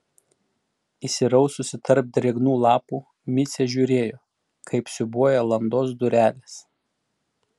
įsiraususi tarp drėgnų lapų micė žiūrėjo kaip siūbuoja landos durelės